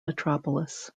metropolis